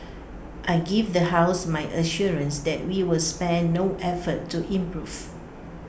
I give the house my assurance that we will spare no effort to improve